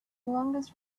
longest